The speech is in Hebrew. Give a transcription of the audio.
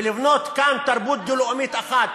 ולבנות כאן תרבות דו-לאומית אחת.